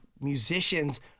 musicians